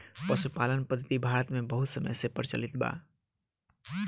पशुपालन पद्धति भारत मे बहुत समय से प्रचलित बा